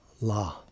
La